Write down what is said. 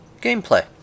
Gameplay